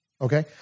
okay